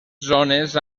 zones